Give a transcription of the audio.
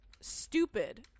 stupid